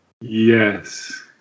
Yes